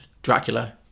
Dracula